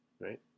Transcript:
right